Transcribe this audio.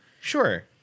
Sure